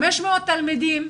500 תלמידים,